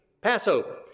Passover